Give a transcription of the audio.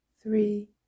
three